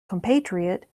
compatriot